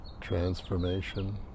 transformation